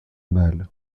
mâle